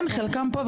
כן חלקם פה,